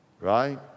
right